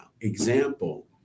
Example